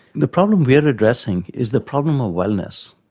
the problem we are addressing is the problem of wellness.